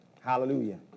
hallelujah